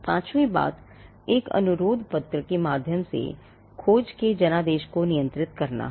पांचवी बात एक अनुरोध पत्र के माध्यम से खोज के जनादेश को निर्धारित करना है